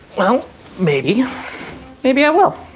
well maybe maybe i will.